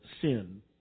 sin